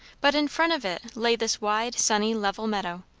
but in front of it lay this wide, sunny, level meadow,